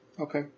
Okay